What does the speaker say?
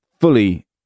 fully